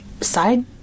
Side